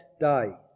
day